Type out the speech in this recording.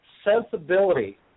sensibility